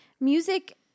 music